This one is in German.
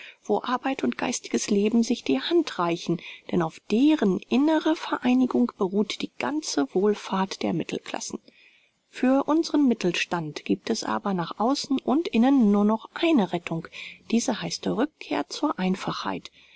wo arbeit und geistiges leben sich die hand reichen denn auf deren inniger vereinigung beruht die ganze wohlfahrt der mittelklassen für unsern mittelstand gibt es aber nach außen und innen nur noch eine rettung diese heißt rückkehr zur einfachheit